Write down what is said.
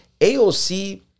AOC